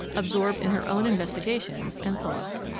absorbed in her own investigations and thoughts.